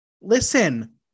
Listen